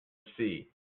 see